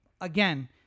again